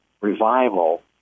revival